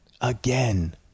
again